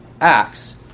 Acts